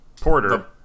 Porter